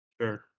Sure